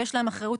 ויש להם אחריות,